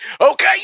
okay